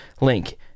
link